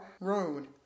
Road